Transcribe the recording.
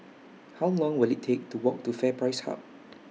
How Long Will IT Take to Walk to FairPrice Hub